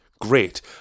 great